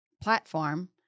platform